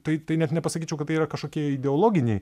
tai tai net nepasakyčiau kad tai yra kažkokie ideologiniai